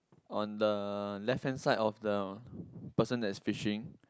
on the left hand side of the person that is fishing